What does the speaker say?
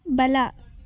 ಬಲ